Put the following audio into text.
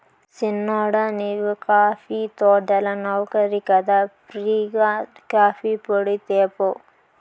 సిన్నోడా నీవు కాఫీ తోటల నౌకరి కదా ఫ్రీ గా కాఫీపొడి తేపో